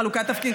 בחלוקת תפקידים,